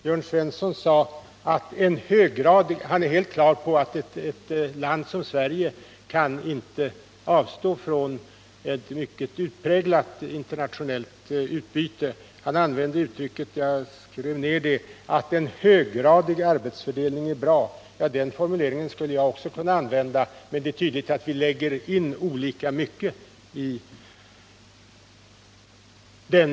Jörn Svensson är helt på det klara med att ett land som Sverige inte kan avstå från ett mycket utpräglat internationellt utbyte. Jag antecknade att han i det sammanhanget använde formuleringen att ”en höggradig arbetsfördelning är bra”. Den formuleringen skulle jag också kunna använda, men det är tydligt att vi lägger in olika mycket i den.